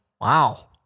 Wow